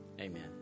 Amen